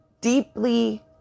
deeply